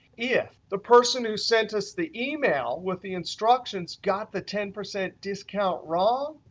if the person who sent us the email with the instructions got the ten percent discount wrong,